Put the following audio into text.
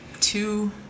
two